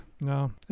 No